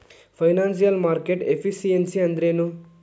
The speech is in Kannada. ಫೈನಾನ್ಸಿಯಲ್ ಮಾರ್ಕೆಟ್ ಎಫಿಸಿಯನ್ಸಿ ಅಂದ್ರೇನು?